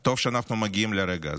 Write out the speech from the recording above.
טוב שאנחנו מגיעים לרגע הזה.